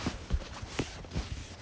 我的那个 study room right